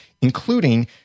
including